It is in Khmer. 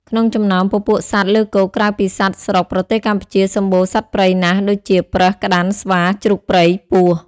ក្នុងចំណោមពពួកសត្វលើគោកក្រៅពីសត្វស្រុកប្រទេសកម្ពុជាសម្បូរសត្វព្រៃណាស់ដូចជាប្រើស ក្តាន់ ស្វា ជ្រូកព្រៃ ពស់។